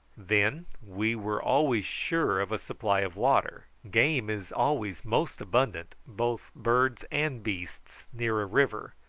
then we were always sure of a supply of water game is always most abundant, both birds and beasts, near a river,